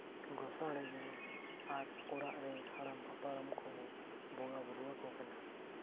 ᱜᱚᱥᱟᱬᱮ ᱨᱮ ᱟᱨ ᱚᱲᱟᱜ ᱨᱮ ᱦᱟᱲᱟᱢᱼᱦᱟᱯᱲᱟᱢ ᱠᱚ ᱵᱚᱸᱜᱟᱼᱵᱩᱨᱩᱣᱟᱠᱚ ᱠᱟᱱᱟ